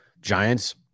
Giants